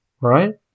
Right